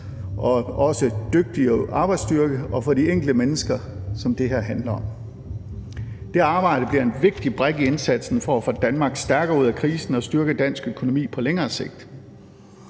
og også dygtigere arbejdsstyrke, og for de enkelte mennesker, som det her handler om. Det arbejde bliver en vigtig brik i indsatsen for at få Danmark stærkere ud af krisen og styrke dansk økonomi på længere sigt.